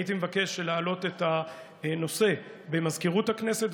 הייתי מבקש להעלות את הנושא במזכירות הכנסת,